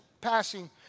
passing